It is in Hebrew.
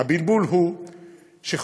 הבלבול הוא שחושבים